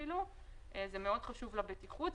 זה מאוד חשוב לבטיחות.